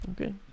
Okay